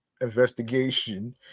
investigation